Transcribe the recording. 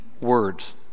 words